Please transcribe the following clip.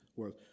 world